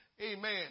Amen